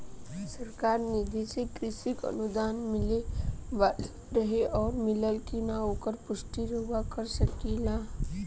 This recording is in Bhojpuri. सरकार निधि से कृषक अनुदान मिले वाला रहे और मिलल कि ना ओकर पुष्टि रउवा कर सकी ला का?